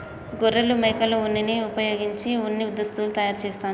గొర్రెలు మేకల ఉన్నిని వుపయోగించి ఉన్ని దుస్తులు తయారు చేస్తాండ్లు